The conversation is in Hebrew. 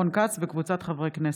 רון כץ וקבוצת חברי הכנסת.